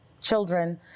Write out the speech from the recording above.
children